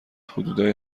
حدودای